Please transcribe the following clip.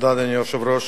אדוני היושב-ראש,